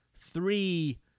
three